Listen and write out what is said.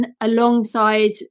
alongside